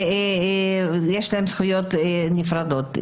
יש להם זכויות נפרדות.